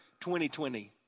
2020